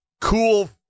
Cool